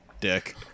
Dick